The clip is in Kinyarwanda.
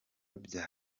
bya